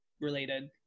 related